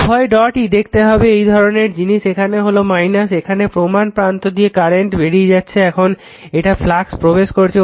উভয় ডটই দেখতে হবে এইধরনের জিনিস এখানে হলো এখানে প্রমান প্রান্ত দিয়ে কারেন্ট বেরিয়ে যাচ্ছে এখানে এটা ফ্লাক্স প্রবেশ করছে